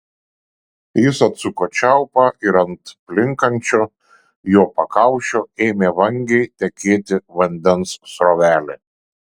jis atsuko čiaupą ir ant plinkančio jo pakaušio ėmė vangiai tekėti vandens srovelė